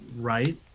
right